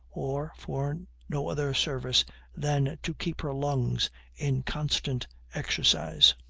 or for no other service than to keep her lungs in constant exercise.